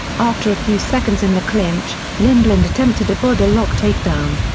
after a few seconds in the clinch, lindland attempted a bodylock takedown.